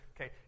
Okay